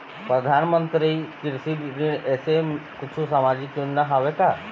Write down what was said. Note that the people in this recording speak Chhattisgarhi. परधानमंतरी कृषि ऋण ऐसे कुछू सामाजिक योजना हावे का?